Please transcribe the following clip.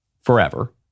forever